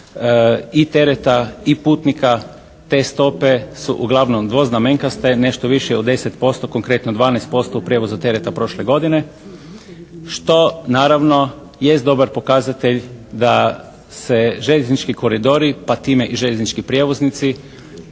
i tereta i putnika. Te stope su uglavnom dvoznamenkaste. Nešto više od 10%, konkretno 12% prijevoza tereta prošle godine što naravno jest dobar pokazatelj da se željeznički koridori pa time i željeznički prijevoznici,